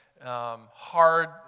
hard